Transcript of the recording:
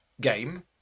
game